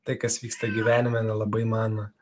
tai kas vyksta gyvenime nelabai man